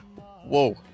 Whoa